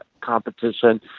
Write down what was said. competition